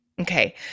Okay